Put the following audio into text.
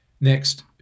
Next